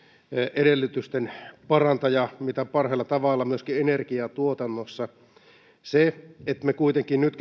edellytysten parantaja mitä parhaalla tavalla myöskin energiantuotannossa se että me kuitenkin nyt